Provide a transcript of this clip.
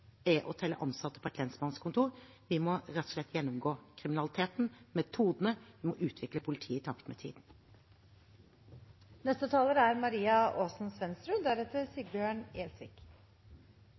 er å telle ansatte på et lensmannskontor, vi må rett og slett gjennomgå kriminaliteten og metodene og utvikle politiet i takt med